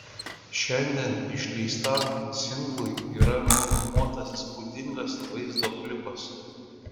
šiandien išleistam singlui yra nufilmuotas įspūdingas vaizdo klipas